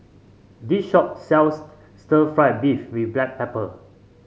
this shop sells Stir Fried Beef with Black Pepper